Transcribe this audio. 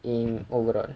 in overall